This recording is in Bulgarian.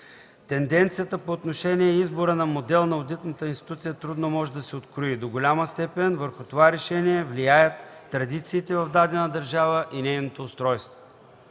Тенденцията по отношение избора на модел на одитната институция трудно може да се открои. До голяма степен върху това решение влияят традициите в дадената държава и нейното устройство.